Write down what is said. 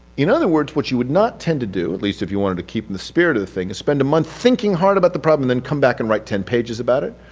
in other words what you would not tend to do, at least if you wanted to keep in the spirit of the thing, is spend a month thinking about the problem then come back and write ten pages about it,